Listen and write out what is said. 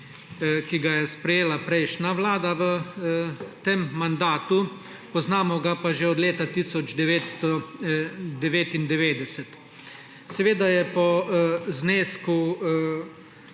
ki ga je sprejela prejšnja vlada v tem mandatu, poznamo ga pa že od leta 1999. Seveda je po znesku